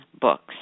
books